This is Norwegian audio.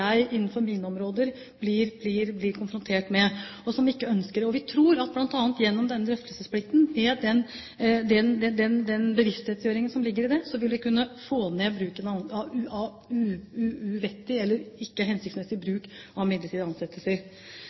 ikke ønsker. Vi tror at bl.a. at gjennom denne drøftelsesplikten, med den bevisstgjøringen som ligger i det, vil vi kunne få ned bruken av uvettig eller ikke hensiktsmessig bruk av midlertidige ansettelser. Til spørsmålet om fireårsregelen ønsket altså ikke denne regjeringen å legalisere adgangen til midlertidige ansettelser